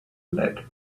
lead